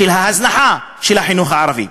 של ההזנחה של החינוך הערבי.